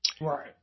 right